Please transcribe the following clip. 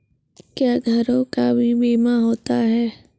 क्या घरों का भी बीमा होता हैं?